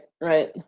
right